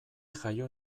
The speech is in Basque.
jaio